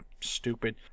stupid